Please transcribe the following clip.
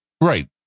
right